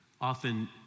often